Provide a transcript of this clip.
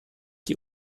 die